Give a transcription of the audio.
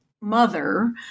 mother